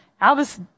Albus